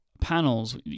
panels